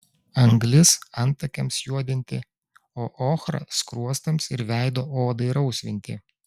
anglis antakiams juodinti o ochra skruostams ir veido odai rausvinti